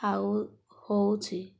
ହାଉ ହଉଛି